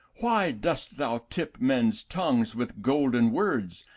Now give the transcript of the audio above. why dost thou tip men's tongues with golden words,